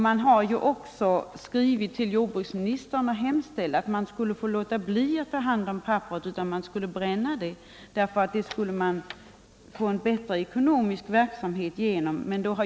Man har också skrivit till jordbruksministern och hemställt om befrielse från skyldigheten att ta hand om pappersavfallet eller att få bränna det, varigenom man skulle uppnå bättre ekonomi i insamlingsverksamheten.